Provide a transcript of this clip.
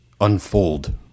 unfold